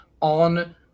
on